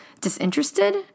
disinterested